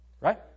Right